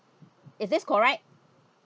is this correct